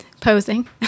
posing